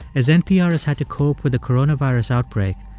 as npr has had to cope with the coronavirus outbreak,